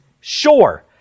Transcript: sure